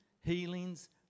healings